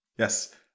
Yes